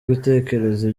gutekereza